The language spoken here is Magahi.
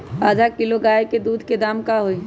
आधा किलो गाय के दूध के का दाम होई?